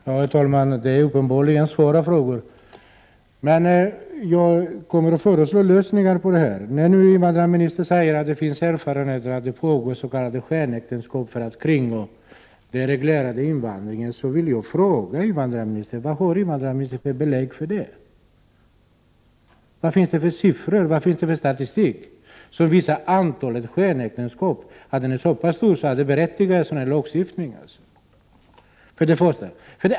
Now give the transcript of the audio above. Herr talman! Det är uppenbarligen svåra frågor. Jag kommer emellertid 29 november 1988 att föreslå lösningar på problemet. Invandrarministern säger att detingåss.k. skenäktenskap för att personer skall kunna kringgå den reglerade invandringen. Jag vill därför fråga invandrarministern vad han har för belägg för det. Vad finns det för siffror och statistik som visar att antalet skenäktenskap är så pass stort att det berättigar sådan här lagstiftning?